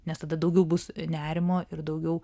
nes tada daugiau bus nerimo ir daugiau